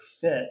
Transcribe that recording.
fit